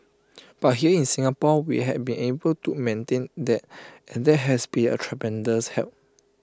but here in Singapore we have been able to maintain that and that has been A tremendous help